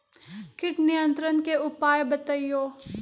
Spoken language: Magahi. किट नियंत्रण के उपाय बतइयो?